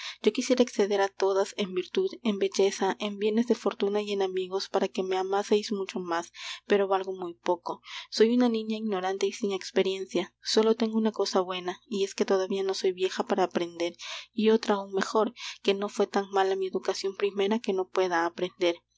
yo quisiera exceder á todas en virtud en belleza en bienes de fortuna y en amigos para que me amaseis mucho más pero valgo muy poco soy una niña ignorante y sin experiencia sólo tengo una cosa buena y es que todavía no soy vieja para aprender y otra aún mejor que no fué tan mala mi educacion primera que no pueda aprender